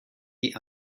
die